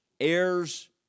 Heirs